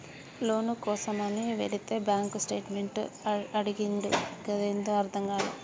లోను కోసమని వెళితే bank statement అడిగిండు గదేందో అర్థం గాలే